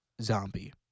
Zombie